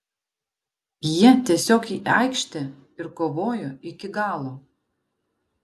jie tiesiog į aikštę ir kovojo iki galo